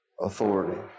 authority